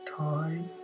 time